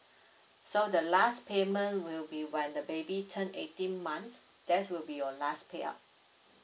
so the last payment will be when the baby turn eighteen month that will be your last payout